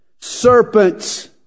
Serpents